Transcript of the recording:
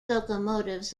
locomotives